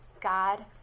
God